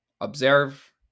observe